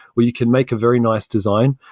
where you can make a very nice design.